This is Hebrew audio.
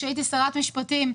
כשהיית שרת משפטים,